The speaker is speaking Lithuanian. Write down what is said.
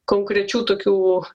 konkrečių tokių